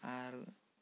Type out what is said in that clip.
ᱟᱨ